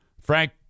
Frank